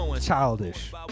Childish